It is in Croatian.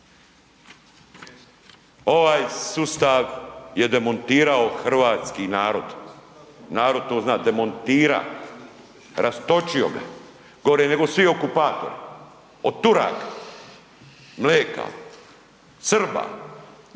Ovaj sustav je demontirao hrvatski narod, narod to zna, demontira, rastočio ga, gore nego svi okupatori, od Turaka, Mleka, Srba,